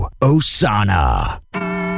Osana